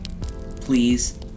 Please